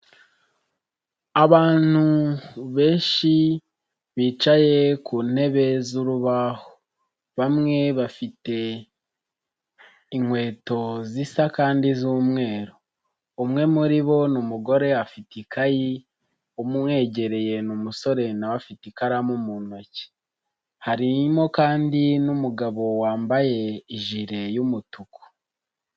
Abantu benshi bicaye ku ntebe z'urubaho bamwe bafite inkweto zisa kandi z'umweru, umwe muri bo ni umugore afite ikayi, umwegereye ni umusore na we afite ikaramu mu ntoki, harimo kandi n'umugabo wambaye ijire y'umutuku.